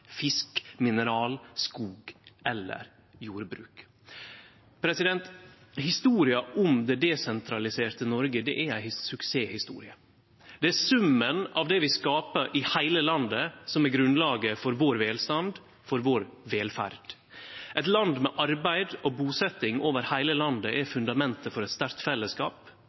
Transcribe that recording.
fisk, mineral, skog eller jordbruk. Historia om det desentraliserte Noreg er ei suksesshistorie. Det er summen av det vi skapar i heile landet, som er grunnlaget for vår velstand, for vår velferd. Eit land med arbeid og busetjing over heile landet er fundamentet for eit sterkt fellesskap